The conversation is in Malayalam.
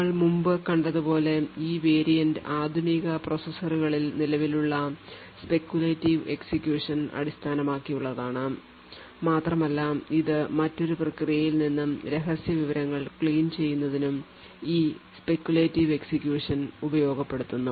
നമ്മൾ മുമ്പ് കണ്ടതുപോലെ ഈ വേരിയൻറ് ആധുനിക പ്രോസസ്സറുകളിൽ നിലവിലുള്ള speculative execution അടിസ്ഥാനമാക്കിയുള്ളതാണ് മാത്രമല്ല ഇത് മറ്റൊരു പ്രക്രിയയിൽ നിന്ന് രഹസ്യ വിവരങ്ങൾ clean ചെയ്യുന്നതിനും ഈ speculative execution ഉപയോഗപ്പെടുത്തുന്നു